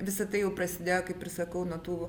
visa tai jau prasidėjo kaip ir sakau nuo tų